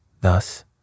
Thus